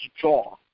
jaw